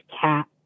cat